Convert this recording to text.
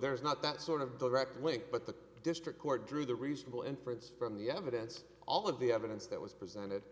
there's not that sort of direct link but the district court drew the reasonable inference from the evidence all of the evidence that was presented